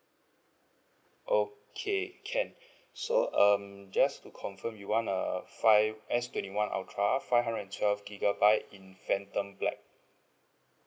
okay can so um just to confirm you want a five S twenty one ultra five hundred and twelve gigabyte in phantom black